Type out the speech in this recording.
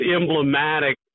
emblematic